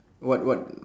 what what